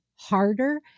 Harder